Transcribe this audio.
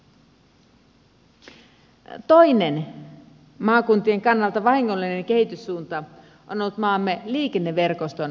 toinen maakuntien kannalta vahingollinen kehityssuunta on ollut maamme liikenneverkoston rapauttaminen